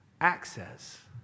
access